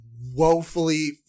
woefully